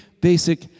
basic